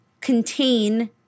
contain